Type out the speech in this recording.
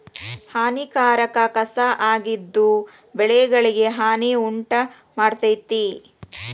ಹಾನಿಕಾರಕ ಕಸಾ ಆಗಿದ್ದು ಬೆಳೆಗಳಿಗೆ ಹಾನಿ ಉಂಟಮಾಡ್ತತಿ